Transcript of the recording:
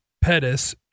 Pettis